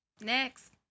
next